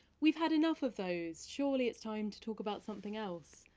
we've had enough of those. surely, it's time to talk about something else.